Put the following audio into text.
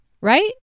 Right